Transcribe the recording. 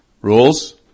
Rules